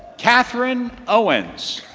catherine owens.